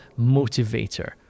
motivator